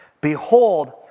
Behold